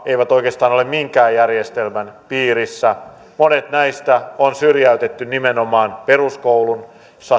eivät oikeastaan ole minkään järjestelmän piirissä monet näistä on syrjäytetty nimenomaan peruskoulussa